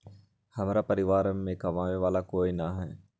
हमरा परिवार में कमाने वाला ना है?